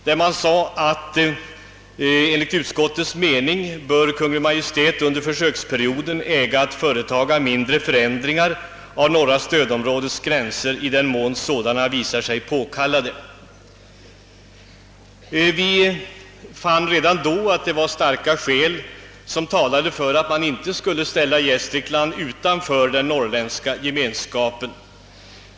Utskottet yttrade: »Enligt utskottets mening bör Kungl. Maj:t under försöksperioden äga att företaga mindre förändringar av norra stödområdets gränser i den mån sådana visar sig påkallade.» Vi fann redan då att starka skäl talade för att man inte skulle ställa Gästrikland utanför den norrländska gemenskapen.